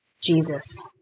Jesus